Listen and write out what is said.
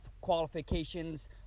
qualifications